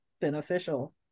beneficial